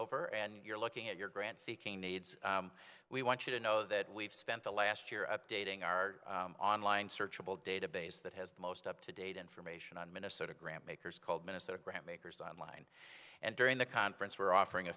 over and you're looking at your grant seeking needs we want you to know that we've spent the last year updating our online searchable database that has the most up to date information on minnesota grant makers called minnesota grant makers online and during the conference we're offering a